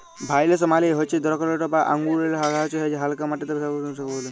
ভাইলস মালে হচ্যে দরখলতা বা আঙুরেল্লে গাহাচ যেট হালকা মাটিতে ছব থ্যাকে ভালো ফলে